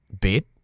bit